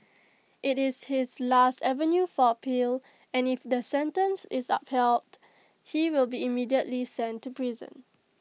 IT is his last avenue for appeal and if the sentence is upheld he will be immediately sent to prison